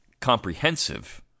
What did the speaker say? comprehensive